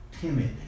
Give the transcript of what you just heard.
timid